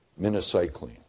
minocycline